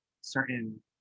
certain